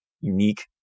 unique